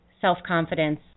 self-confidence